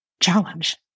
challenge